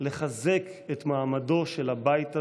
לחזק את מעמדו של הבית הזה,